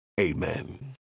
amen